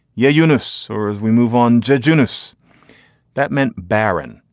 yeah you know so or as we move on judgments that meant barren.